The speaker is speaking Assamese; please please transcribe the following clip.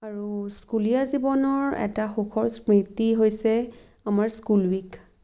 আৰু স্কুলীয়া জীৱনৰ এটা সুখৰ স্মৃতি হৈছে আমাৰ স্কুল উইক